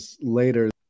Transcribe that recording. later